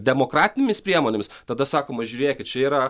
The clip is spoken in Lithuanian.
demokratinėmis priemonėmis tada sakoma žiūrėkit čia yra